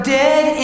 dead